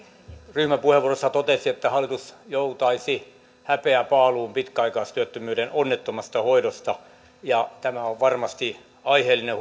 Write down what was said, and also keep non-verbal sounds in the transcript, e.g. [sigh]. ryhmäpuheenvuorossa totesin että hallitus joutaisi häpeäpaaluun pitkäaikaistyöttömyyden onnettomasta hoidosta ja tämä on varmasti aiheellinen [unintelligible]